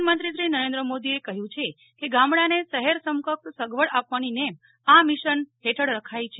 પ્રધાનમંત્રી નરેન્દ્ર મોદી એ કહ્યું છે કે ગામડા ને શહેર સમકક્ષ સગવડ આપવાની નેમ આ મિશન હેઠળ રખાઇ છે